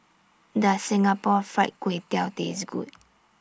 Does Singapore Fried Kway Tiao Taste Good